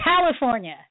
California